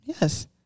Yes